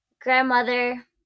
grandmother